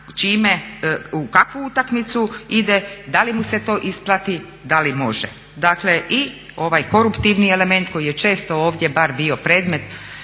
u kakvu utakmicu ide, da li mu se to isplati, da li može. Dakle i ovaj koruptivni element koji je često ovdje bar bio predmet